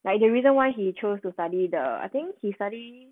like the reason why he chose to study the I think he study